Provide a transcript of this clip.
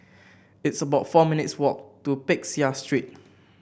it's about four minutes' walk to Peck Seah Street